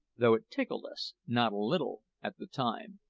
though it tickled us not a little at the time.